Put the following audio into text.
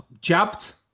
jabbed